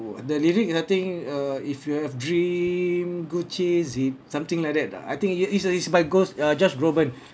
the lyrics I think uh if you have dream go chase it something like that ah I think is uh is by gos~ uh josh groban